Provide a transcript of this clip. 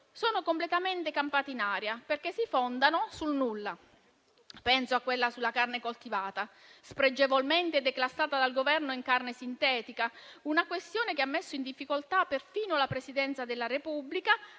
sono completamente campate in aria, perché si fondano sul nulla. Penso a quella sulla carne coltivata, spregevolmente declassata dal Governo a carne sintetica, una questione che ha messo in difficoltà perfino la Presidenza della Repubblica